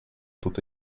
тут